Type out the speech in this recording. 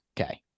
okay